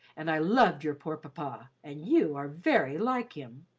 and i loved your poor papa, and you are very like him.